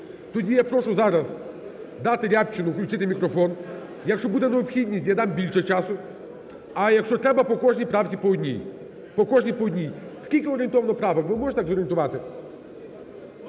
Тоді я прошу зараз, дати Рябчину, включити мікрофон. Якщо буде необхідність, я дам більше часу. А якщо треба – по кожній правці по одній. По кожній по одній. Скільки орієнтовно правок, ви можете так зорієнтувати?